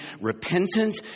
repentant